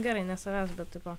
gerai ne savęs bet tipo